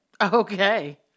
Okay